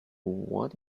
what